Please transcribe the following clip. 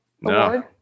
No